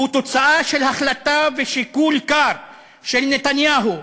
הוא תוצאה של החלטה ושיקול קר של נתניהו,